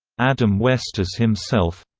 adam west as himself